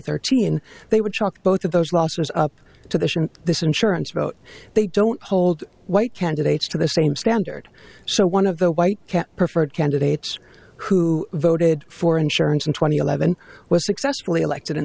thirteen they would chalk both of those losses up to the sure this insurance vote they don't hold white candidates to the same standard so one of the white cat preferred can rates who voted for insurance in twenty eleven was successfully elected in